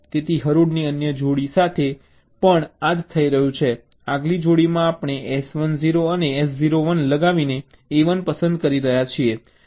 તેથી હરોળની અન્ય જોડી સાથે પણ આ જ થઈ રહ્યું છે આગલી જોડીમાં આપણે S1 0 અને S0 1 લગાવીને A1 પસંદ કરી રહ્યા છીએ